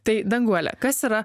tai danguole kas yra